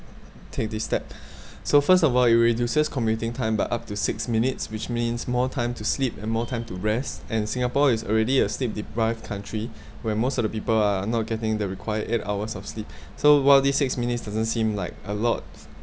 take this step so first of all it reduces commuting time by up to six minutes which means more time to sleep and more time to rest and Singapore is already a sleep deprived country where most of the people are not getting the required eight hours of sleep so while this six minutes doesn't seem like a lot